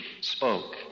spoke